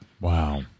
Wow